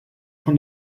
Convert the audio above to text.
von